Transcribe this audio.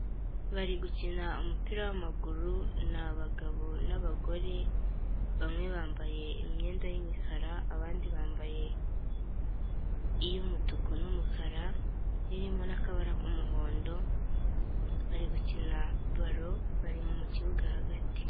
bari gukina umupira w'amaguru n abagabo n'abagore bamwe bambaye imyenda y'umukara abandi bambaye iy'umutuku n'umukara harimo n'akabara k'umuhondo, bari gukina balo mu kibuga hagati.